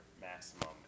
maximum